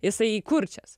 jisai kurčias